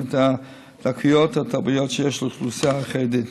את הדקויות התרבותיות שיש לאוכלוסייה החרדית.